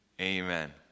Amen